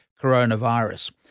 coronavirus